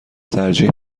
ترجیح